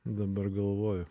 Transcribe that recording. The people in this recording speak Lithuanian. dabar galvoju